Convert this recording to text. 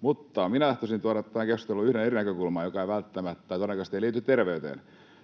Mutta minä tahtoisin tuoda tähän keskusteluun yhden eri näkökulman, joka ei todennäköisesti liity terveyteen.